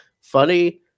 funny